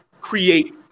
create